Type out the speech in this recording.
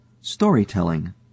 storytelling